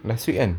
last week kan